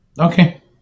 Okay